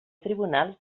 tribunal